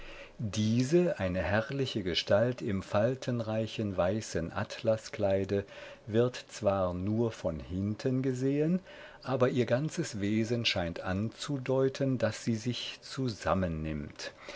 diese eine herrliche gestalt im faltenreichen weißen atlaskleide wird zwar nur von hinten gesehen aber ihr ganzes wesen scheint anzudeuten daß sie sich